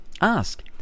Ask